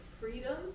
freedom